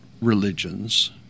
religions